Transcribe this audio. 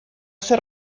hace